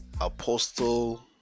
Apostle